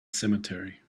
cemetery